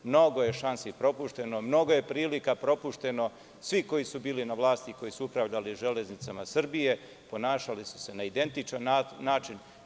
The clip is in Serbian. Mnogo je šansi propušteno, mnogo je prilika propušteno, svi koji su bili na vlasti, koji su upravljali železnicama Srbije, ponašali su se na identičan način.